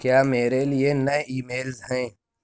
کیا میرے لیے نئے ای میلز ہیں